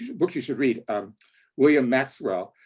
book you should read um william maxwell,